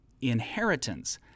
inheritance